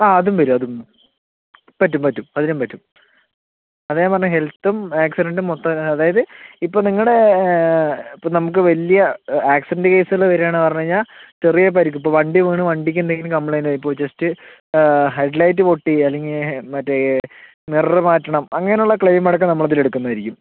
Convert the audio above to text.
ആ അതും വരും അതും പറ്റും പറ്റും അതിനും പറ്റും അതാ ഞാൻ പറഞ്ഞ ഹെൽത്തും ആക്സിഡൻറ്റും മൊത്തം അതായത് ഇപ്പം നിങ്ങളുടെ ഇപ്പം നമുക്ക് വലിയ ആക്സിഡൻറ്റ് കേസുകള് വരാന്ന് പറഞ്ഞ് കഴിഞ്ഞാൽ ചെറിയ പരിക്ക് ഇപ്പോൾ വണ്ടി വീണ് വണ്ടിക്ക് എന്തെങ്കിലും കംപ്ലയിൻറ്റ് ആയിപ്പോയി ജസ്റ്റ് ഹെഡ് ലൈറ്റ് പൊട്ടി അല്ലെങ്കിൽ മറ്റേ മിററ് മാറ്റണം അങ്ങനെ ഉള്ള ക്ലെയിമ് അടക്കം നമ്മള് ഇതില് എടുക്കുന്ന ആയിരിക്കും